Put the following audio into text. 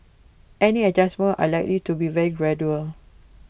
any adjustments are likely to be very gradual